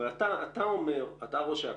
אתה ראש אכ"א,